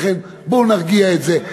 לכן, בואו נרגיע את זה.